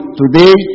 today